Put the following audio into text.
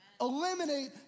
Eliminate